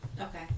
Okay